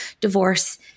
divorce